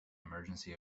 emergency